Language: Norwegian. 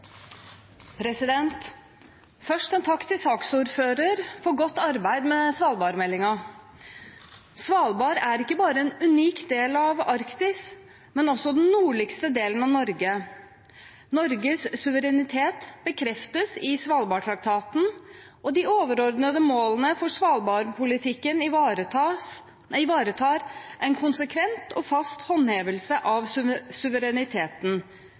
ikke bare en unik del av Arktis, men også av den nordligste delen av Norge. Norges suverenitet bekreftes i Svalbardtraktaten, og de overordnede målene for Svalbard-politikken ivaretar en konsekvent og fast håndhevelse av suvereniteten,